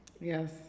Yes